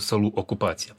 salų okupacija